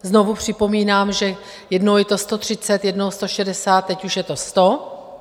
Znovu připomínám, že jednou je to 130, jednou 160, teď už je to 100.